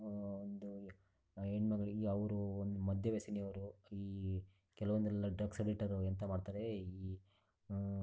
ಒಂದು ಹೆಣ್ಮಕ್ಳಿಗೆ ಈಗ ಅವರು ಒಂದು ಮದ್ಯ ವ್ಯಸನಿಯವರು ಈ ಕೆಲವೊಂದೆಲ್ಲ ಡ್ರಗ್ಸ್ ಅಡಿಕ್ಟರೆಲ್ಲ ಎಂಥ ಮಾಡ್ತಾರೆ ಈ